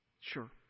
Sure